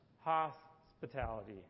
hospitality